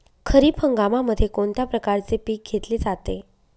खरीप हंगामामध्ये कोणत्या प्रकारचे पीक घेतले जाते?